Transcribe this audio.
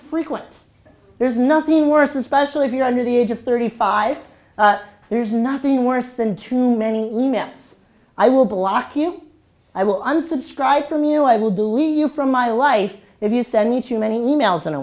frequent there's nothing worse especially if you're under the age of thirty five there's nothing worse than too many email i will block you i will unsubscribe from you i will do we you from my life if you send me too many emails in a